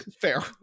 Fair